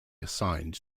assigned